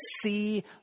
see